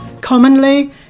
Commonly